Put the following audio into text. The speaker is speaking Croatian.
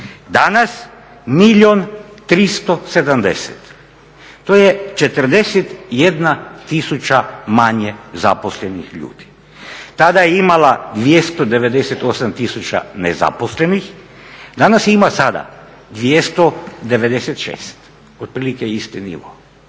tisuća. To je 41 tisuća manje zaposlenih ljudi. Tada je imala 298 tisuća nezaposlenih, danas ima, sada, 296. Otprilike isti nivo.